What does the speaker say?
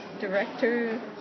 director